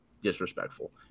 disrespectful